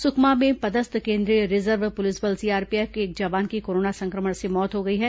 सुकमा में पदस्थ केंद्रीय रिजर्व पुलिस बल सीआरपीएफ के एक जवान की कोरोना संक्रमण से मौत हो गई है